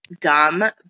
dumb